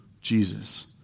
Jesus